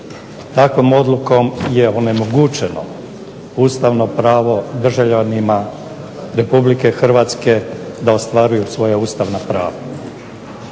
Takvom odlukom je onemogućeno ustavno pravo državljanima RH da ostvaruju svoja ustavna prava.